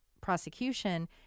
prosecution